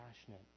passionate